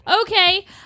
Okay